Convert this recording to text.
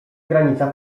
granica